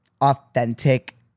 authentic